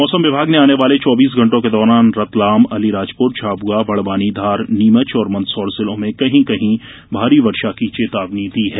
मौसम विभाग ने आने वाले चौबीस घंटों के दौरान रतलाम अलीराजपुर झाबुआ बड़वानी धार नीमच और मंदसौर जिलों में कहीं कहीं भारी वर्षा की चेतावनी दी है